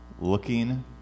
looking